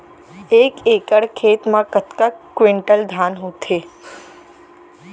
एक एकड़ खेत मा कतका क्विंटल धान होथे?